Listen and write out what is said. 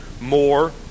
more